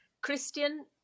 Christian